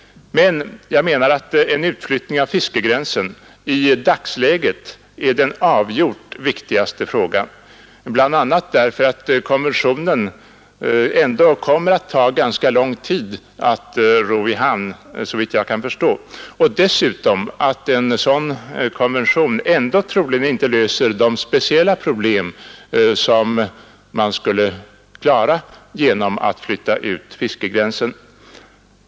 Men jag menar att en utflyttning av fiskegränsen i dagsläget är den avgjort viktigaste frågan, bl.a. därför att det såvitt jag förstår kommer att ta ganska lång tid att ro konventionen i hamn och dessutom därför att en sådan konvention troligen ändå inte löser de speciella problem som man skulle klara genom att flytta ut fiskegränsen.